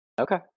Okay